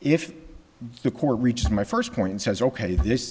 if the court reached my first point and says ok this